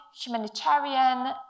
humanitarian